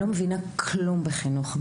אני לא מבינה כלום בחינוך.